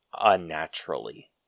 unnaturally